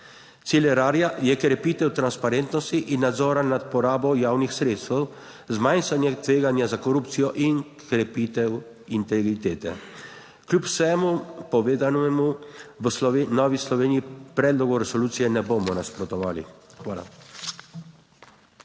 Cilj Erarja je krepitev transparentnosti in nadzora nad porabo javnih sredstev, zmanjšanje tveganja za korupcijo in krepitev integritete. Kljub vsemu povedanemu v Novi Sloveniji predlogu resolucije ne bomo nasprotovali. Hvala.